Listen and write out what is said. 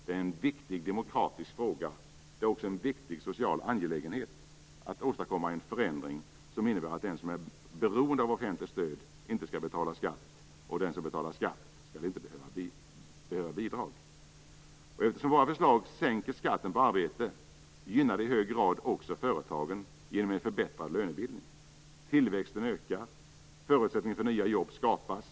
Det är en viktig demokratisk fråga. Det är också en viktig social angelägenhet att åstadkomma en förändring som innebär att den som är beroende av offentligt stöd inte skall betala skatt och att den som betalar skatt inte skall behöva bidrag. Eftersom våra förslag innebär en sänkning av skatten på arbete, gynnar de i hög grad också företagen genom en förbättrad lönebildning. Tillväxten ökar och förutsättningar för nya jobb skapas.